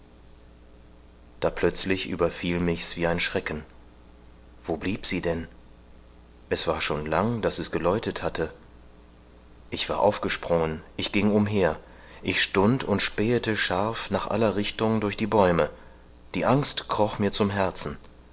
da plötzlich überfiel mich's wie ein schrecken wo blieb sie denn es war schon lang daß es geläutet hatte ich war aufgesprungen ich ging umher ich stund und spähete scharf nach aller richtung durch die bäume die angst kroch mir zum herzen